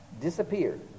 disappeared